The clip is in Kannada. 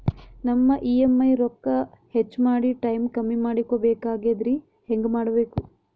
ನಮ್ಮ ಇ.ಎಂ.ಐ ರೊಕ್ಕ ಹೆಚ್ಚ ಮಾಡಿ ಟೈಮ್ ಕಮ್ಮಿ ಮಾಡಿಕೊ ಬೆಕಾಗ್ಯದ್ರಿ ಹೆಂಗ ಮಾಡಬೇಕು?